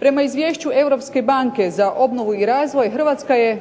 Prema izvješću Europske banke za obnovu i razvoj Hrvatska je